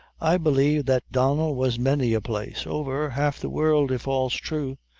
i b'lieve that donnel was many a place over half the world, if all's thrue.